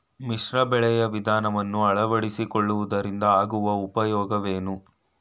ಮಿಶ್ರ ಬೆಳೆಯ ವಿಧಾನವನ್ನು ಆಳವಡಿಸಿಕೊಳ್ಳುವುದರಿಂದ ಆಗುವ ಉಪಯೋಗವೇನು?